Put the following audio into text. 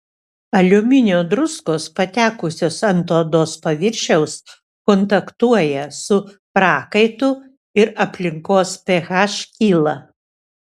aliuminio druskos patekusios ant odos paviršiaus kontaktuoja su prakaitu ir aplinkos ph kyla